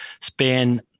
Spain